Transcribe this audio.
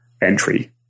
entry